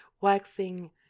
waxing